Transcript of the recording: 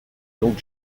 donc